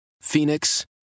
Phoenix